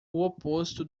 oposto